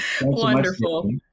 Wonderful